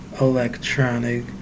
electronic